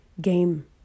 game